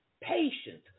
patience